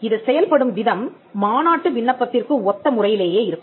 இது செயல்படும் விதம் மாநாட்டு விண்ணப்பத்திற்கு ஒத்த முறையிலேயே இருக்கும்